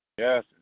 Yes